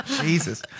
Jesus